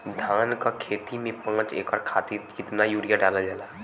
धान क खेती में पांच एकड़ खातिर कितना यूरिया डालल जाला?